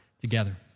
together